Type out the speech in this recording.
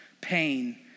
pain